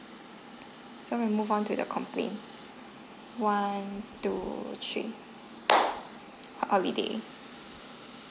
so we move on to the complaint one two three holiday